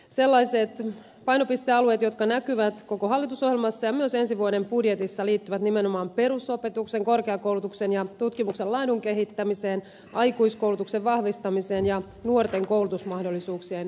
sellaiset painopistealueet jotka näkyvät koko hallitusohjelmassa ja myös ensi vuoden budjetissa liittyvät nimenomaan perusopetuksen korkeakoulutuksen ja tutkimuksen laadun kehittämiseen aikuiskoulutuksen vahvistamiseen ja nuorten koulutusmahdollisuuksien parantamiseen